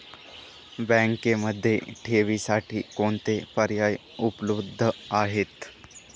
बँकेमध्ये ठेवींसाठी कोणते पर्याय उपलब्ध आहेत?